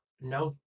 No